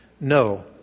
No